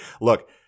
Look